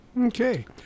Okay